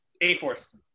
A-Force